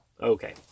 Okay